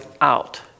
out